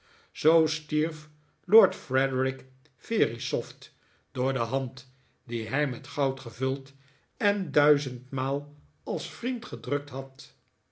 zoo stierf lord frederik verisopht door de hand die hij met goud gevuld en duizendmaal als vriend gedrukt had